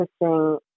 interesting